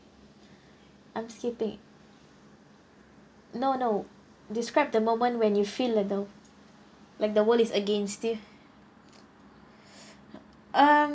I'm skipping no no described the moment when you feel although like the world is against you um